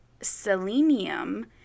selenium